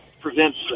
prevents